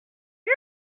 est